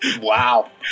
Wow